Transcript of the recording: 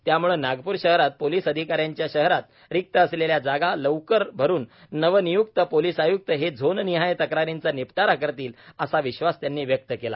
त्यामुळे नागपूर शहरात पोलीस अधिकाऱ्यांच्या शहरात रिक्त असलेल्या जागा लवकर भरून नवनियुक्त पोलिस आयुक्त हे झोननिहाय तक्रारीचा निपटारा करतील असा विश्वास त्यांनी व्यक्त केला